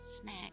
snack